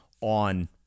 on